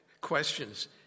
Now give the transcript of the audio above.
questions